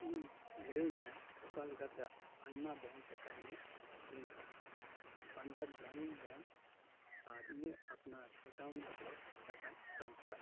ᱤᱧ ᱞᱟᱹᱭᱟᱹᱧ ᱢᱮ ᱚᱠᱟ ᱞᱮᱠᱟᱛᱮ ᱟᱭᱢᱟ ᱵᱮᱝᱠ ᱮᱠᱟᱣᱩᱱᱴ ᱤᱧ ᱞᱤᱝᱠ ᱟ ᱟᱨ ᱯᱟᱧᱡᱟᱵᱽ ᱜᱨᱟᱢᱤᱱ ᱵᱮᱝᱠ ᱟᱨ ᱤᱧᱟᱹᱜ ᱟᱯᱱᱟᱨ ᱮᱠᱟᱣᱩᱱᱴ ᱢᱩᱫᱽᱨᱮ ᱴᱟᱠᱟᱧ ᱴᱟᱱᱥᱯᱷᱟᱨ ᱟ